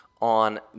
On